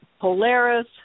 polaris